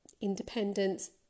independence